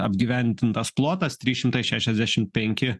apgyvendintas plotas trys šimtai šešiasdešim penki